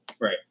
Right